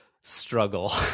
struggle